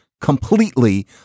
Completely